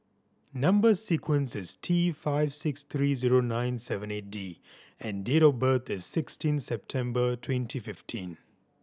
number sequence is T five six three zero nine seven eight D and date of birth is sixteen September twenty fifteen